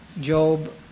Job